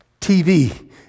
TV